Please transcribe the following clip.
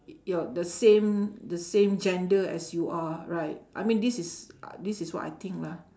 y~ your the same the same gender as you are right I mean this is a~ this is what I think lah